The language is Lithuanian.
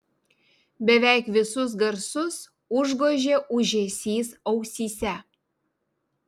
beveik visus garsus užgožė ūžesys ausyse